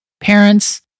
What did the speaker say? parents